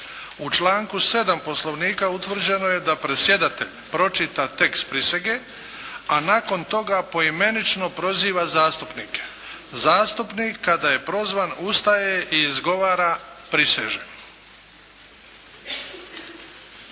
U članku 7. Poslovnika utvrđeno je da predsjedatelj pročita tekst prisege a nakon toga poimenično proziva zastupnike. Zastupnik kada je prozvan ustaje i izgovara: "Prisežem".